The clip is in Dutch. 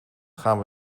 gaan